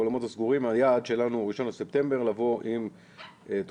באולמות הסגורים היעד שלנו הוא 1 בספטמבר לבוא עם תוכנית